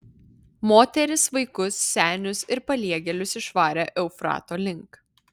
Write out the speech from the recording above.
moteris vaikus senius ir paliegėlius išvarė eufrato link